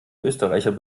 österreicher